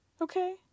Okay